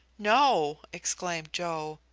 no! exclaimed joe.